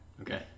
Okay